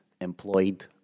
employed